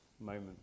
moment